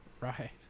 Right